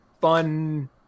fun